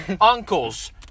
uncles